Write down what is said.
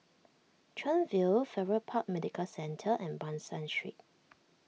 Chuan View Farrer Park Medical Centre and Ban San Street